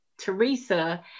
Teresa